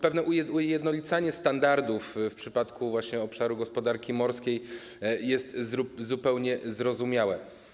Pewne ujednolicanie standardów w przypadku właśnie obszaru gospodarki morskiej jest zupełnie zrozumiałe.